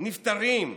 נפטרים?